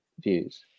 views